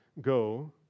go